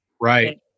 Right